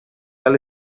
ela